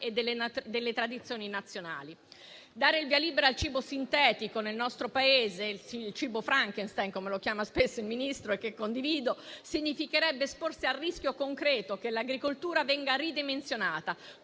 e delle tradizioni nazionali. Dare il via libera al cibo sintetico nel nostro Paese - il "cibo Frankenstein", come lo chiama spesso il Ministro e che condivido - significherebbe esporsi al rischio concreto che l'agricoltura venga ridimensionata,